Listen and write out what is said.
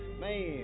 Man